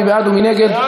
מי בעד ומי נגד?